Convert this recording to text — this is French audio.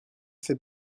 fait